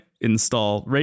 install